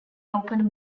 open